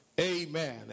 Amen